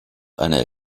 einer